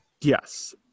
Yes